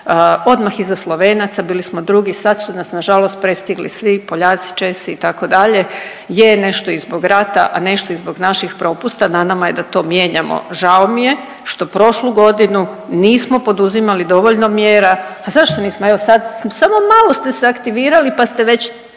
odmah iza Slovenaca, bili smo drugi. Sad su nas na žalost prestigli svi Poljaci, Česi itd. Je nešto i zbog rata, a nešto i zbog naših propusta. Na nama je da to mijenjamo. Žao mi je što prošlu godinu nismo poduzimali dovoljno mjera. A zašto nismo? Evo sad samo malo ste se aktivirali pa ste već,